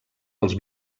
els